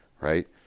right